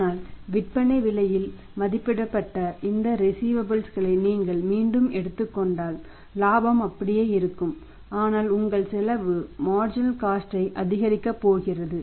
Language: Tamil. ஆனால் விற்பனை விலையில் மதிப்பிடப்பட்ட இந்த ரிஸீவபல்ஸ் ஐ அதிகரிக்கப் போகிறது